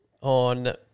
on